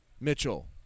Mitchell